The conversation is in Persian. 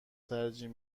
ترجیح